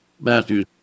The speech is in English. Matthew